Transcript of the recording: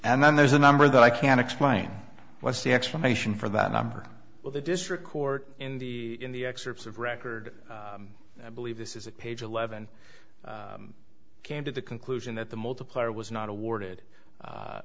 and then there's a number that i can explain what's the explanation for that number well the district court in the in the excerpts of record i believe this is a page eleven came to the conclusion that the multiplier was not awarded